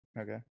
Okay